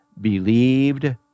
believed